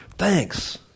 thanks